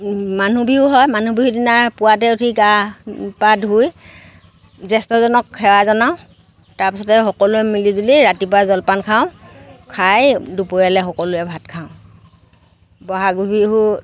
মানুহ বিহু হয় মানুহ বিহু দিনা পুৱাতে উঠি গা পা ধুই জ্যেষ্ঠজনক সেৱা জনাওঁ তাৰ পিছতে সকলোৱে মিলি ৰাতিপুৱা জলপান খাওঁ খাই দুপৰীয়ালৈ সকলোৱে ভাত খাওঁ বহাগ বিহুত